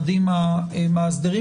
המשרדים המאסדרים.